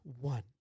one